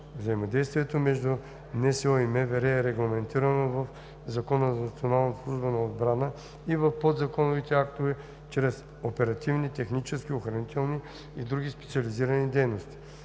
Взаимодействието между НСО и МВР е регламентирано в Закона за Националната служба за охрана и в подзаконовите актове чрез оперативни, технически, охранителни или други специализирани дейности.